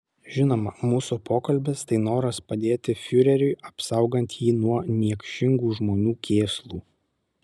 žinoma mūsų pokalbis tai noras padėti fiureriui apsaugant jį nuo niekšingų žmonių kėslų